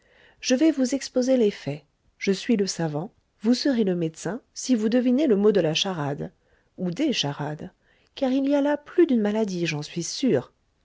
je vais vous exposer les faits je suis le savant vous serez le médecin si vous devinez le mot de la charade ou des charades car il y a là plus d'une maladie j'en suis sûr